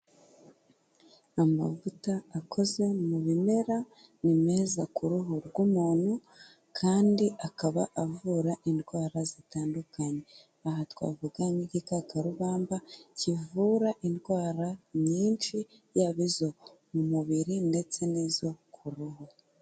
Amavuta akoze mu bimera ni meza ku ruhu rw'umuntu kandi akaba avura indwara zitandukanye, aha twavuga nk'igikakarubamba kivura indwara nyinshi yaba izo mu mubiri ndetse n'izo ku ruhu.